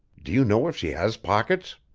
do you know if she has pockets?